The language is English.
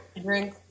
Drink